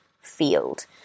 field